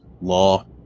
law